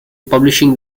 publishing